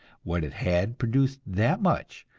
when it had produced that much,